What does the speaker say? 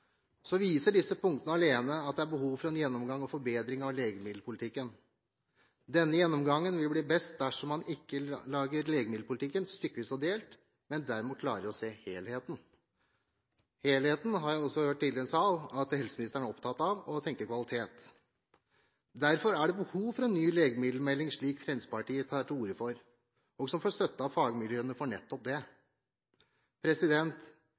viser disse punktene alene at det er behov for en gjennomgang og forbedring av legemiddelpolitikken. Denne gjennomgangen vil bli best dersom man ikke lager legemiddelpolitikken stykkevis og delt, men derimot klarer å se helheten. Helheten har jeg også hørt tidligere i denne sal at helseministeren er opptatt av, og at han tenker kvalitet. Derfor er det behov for en ny legemiddelmelding, slik Fremskrittspartiet tar til orde for, og som får støtte av fagmiljøene til nettopp det.